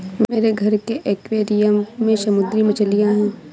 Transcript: मेरे घर के एक्वैरियम में समुद्री मछलियां हैं